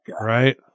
Right